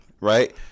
right